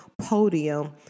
podium